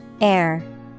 Air